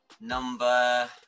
Number